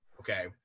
Okay